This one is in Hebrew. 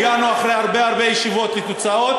הגענו אחרי הרבה הרבה ישיבות לתוצאות